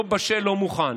לא בשל ולא מוכן.